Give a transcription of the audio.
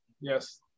Yes